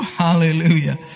Hallelujah